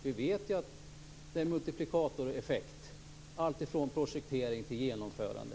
Vi vet ju att det är en multiplikatoreffekt alltifrån projektering till genomförande.